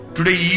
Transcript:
Today